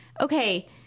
Okay